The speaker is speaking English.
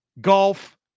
golf